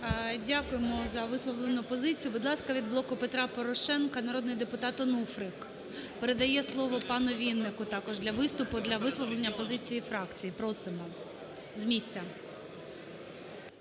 Дякуємо за висловлену позицію. Від "Блоку Петра Порошенка" народний депутатОнуфрик. Передає слово пану Віннику також для виступу, для висловлення позиції фракції. Просимо, з місця.